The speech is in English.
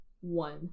one